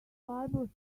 bible